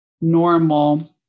normal